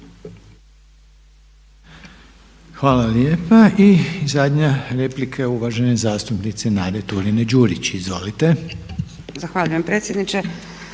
Hvala lijepa. I zadnja replika je uvažene zastupnice Nade Turine-Đurić. Izvolite. **Turina-Đurić,